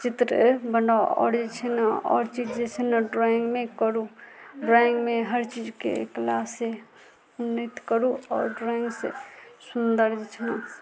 चित्र बना आओर जे छै ने आओर चीज जे छै ने ड्रॉइंगमे करू ड्रॉइंगमे हर चीजके क्लास उन्नैत करू आओर ड्रॉइंग से सुन्दर जे छै ने